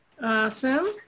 Awesome